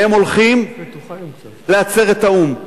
והם הולכים לעצרת האו"ם.